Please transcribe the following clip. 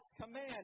command